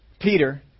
Peter